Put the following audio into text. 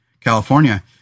California